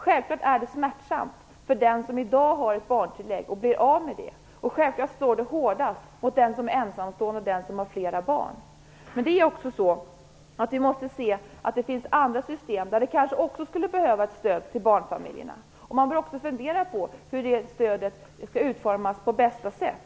Självfallet är det smärtsamt för den som i dag har ett barntillägg och blir av med det. Självfallet slår det hårdast mot den som är ensamstående och den som har flera barn. Vi måste se att det finns andra system där det kanske också skulle behövas ett stöd till barnfamiljerna. Man bör också fundera över hur det stödet skall utformas på bästa sätt.